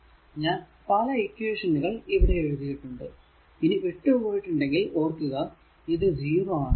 ഞാൻ പല ഇക്വേഷനുകൾ ഇവിടെ എഴുതിയിട്ടുണ്ട് ഇനി വിട്ട് പോയിട്ടുണ്ടെങ്കിൽ ഓർക്കുക ഇത് 0 ആണ്